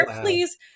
please